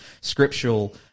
scriptural